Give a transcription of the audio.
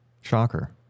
Shocker